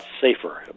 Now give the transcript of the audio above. safer